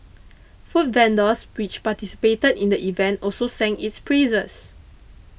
food vendors which participated in the event also sang its praises